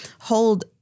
hold